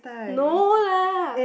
no lah